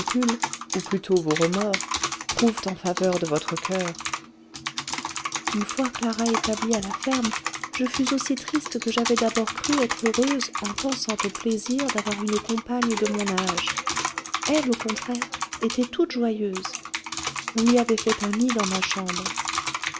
ou plutôt vos remords prouvent en faveur de votre coeur une fois clara établie à la ferme je fus aussi triste que j'avais d'abord cru être heureuse en pensant au plaisir d'avoir une compagne de mon âge elle au contraire était toute joyeuse on lui avait fait un lit dans ma chambre